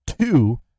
Two